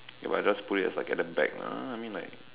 if I just put it like as at the back lah I mean like